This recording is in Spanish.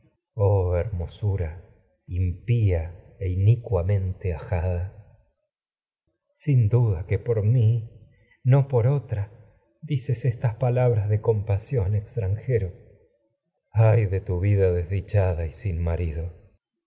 hermosura impía e inicuamente ajada electra sin duda que por mi no por otra dics estas palabras de compasión extranjero orestes electra ay de tu por vida desdichada y sin marido